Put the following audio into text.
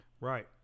Right